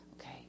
okay